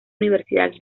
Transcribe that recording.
universidad